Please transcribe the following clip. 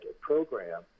program